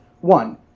One